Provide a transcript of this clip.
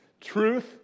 truth